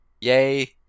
yay